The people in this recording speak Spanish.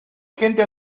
gente